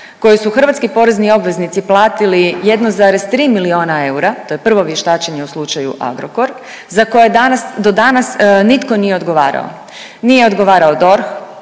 koje su hrvatski porezni obveznici platili 1,3 miliona eura, to je prvo vještačenje u slučaju Agrokor za koje danas, do danas nitko nije odgovarao. Nije odgovarao DORH,